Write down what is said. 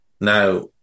Now